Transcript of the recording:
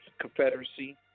Confederacy